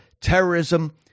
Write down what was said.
terrorism